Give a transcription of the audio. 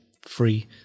free